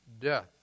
death